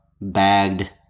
bagged